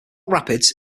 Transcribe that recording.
rapids